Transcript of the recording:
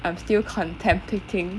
I'm still contemplating